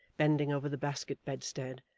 bending over the basket bedstead,